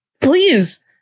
Please